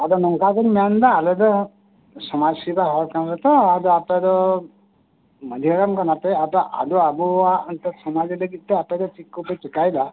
ᱟᱫᱚ ᱱᱚᱝᱠᱟ ᱜᱮᱧ ᱢᱮᱱᱮᱫᱟ ᱟᱞᱮ ᱫᱚ ᱥᱚᱢᱟᱡᱽ ᱥᱮᱵᱟ ᱦᱚᱲ ᱠᱟᱱᱟᱞᱮ ᱛᱚ ᱟᱫᱚ ᱟᱯᱮ ᱫᱚ ᱢᱟᱹᱱᱡᱷᱤ ᱦᱟᱲᱟᱢ ᱠᱟᱱᱟᱯᱮ ᱟᱫᱚ ᱟᱯᱮ ᱟᱫᱚ ᱟᱵᱚᱣᱟᱜ ᱥᱚᱢᱟᱡᱽ ᱞᱟᱹᱜᱤᱫ ᱛᱮ ᱟᱯᱮ ᱫᱚ ᱪᱮᱫ ᱠᱚᱯᱮ ᱪᱤᱠᱟᱭᱮᱫᱟ